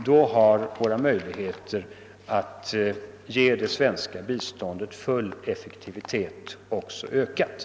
Då har också våra möjligheter att ge det svenska biståndet full effektivitet ökats.